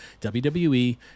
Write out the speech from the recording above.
WWE